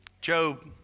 Job